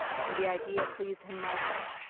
and the idea pleased him mightily.